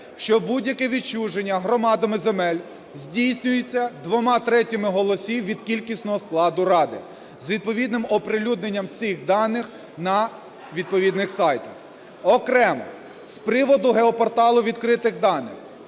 що будь-яке відчуження громадами земель здійснюється двома третіми голосів від кількісного складу ради з відповідним оприлюдненням всіх даних на відповідних сайтах. Окремо з приводу геопорталу відкритих даних.